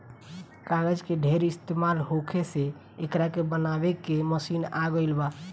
कागज के ढेर इस्तमाल होखे से एकरा के बनावे के मशीन आ गइल बा